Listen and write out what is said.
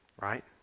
right